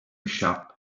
sharp